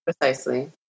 Precisely